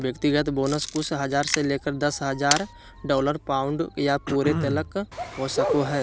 व्यक्तिगत बोनस कुछ हज़ार से लेकर दस लाख डॉलर, पाउंड या यूरो तलक हो सको हइ